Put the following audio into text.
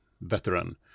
veteran